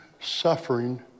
suffering